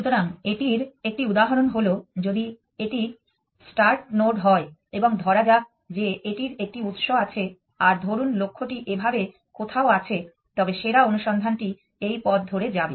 সুতরাং এটির একটি উদাহরণ হল যদি এটি স্টার্ট নোড হয় এবং ধরা যাক যে এটির একটি উৎস আছে আর ধরুন লক্ষ্যটি এখানে কোথাও আছে তবে সেরা অনুসন্ধানটি এই পথ ধরে যাবে